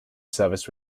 service